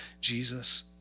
Jesus